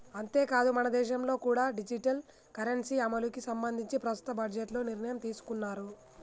అంతేకాదు మనదేశంలో కూడా డిజిటల్ కరెన్సీ అమలుకి సంబంధించి ప్రస్తుత బడ్జెట్లో నిర్ణయం తీసుకున్నారు